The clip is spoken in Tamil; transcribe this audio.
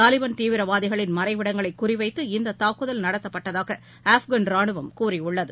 தாலிபாள் தீவிரவாதிகளின் மறைவிடங்களைகுறிவைத்து இந்ததாக்குதல் நடத்தப்பட்டதாகஆப்கான் ரானுவம் கூறியுள்ளது